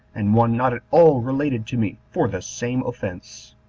and one not at all related to me, for the same offense.